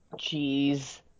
Jeez